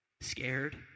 scared